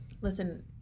Listen